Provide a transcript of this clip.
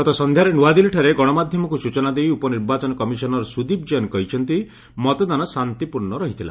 ଗତସନ୍ଧ୍ୟାରେ ନୂଆଦିଲ୍ଲୀଠାରେ ଗଣମାଧ୍ୟମକୁ ସୂଚନା ଦେଇ ଉପନିର୍ବାଚନ କମିଶନର୍ ସୁଦ୍ଦୀପ୍ ଜୈନ କହିଛନ୍ତି ମତଦାନ ଶାନ୍ତିପୂର୍ଣ୍ଣ ରହିଥିଲା